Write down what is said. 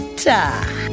ta